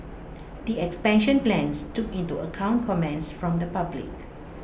the expansion plans took into account comments from the public